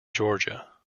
georgia